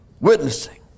witnessing